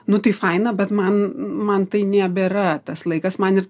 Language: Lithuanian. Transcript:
nu tai faina bet man man tai nebėra tas laikas man ir